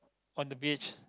on the beach